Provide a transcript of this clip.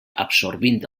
absorbint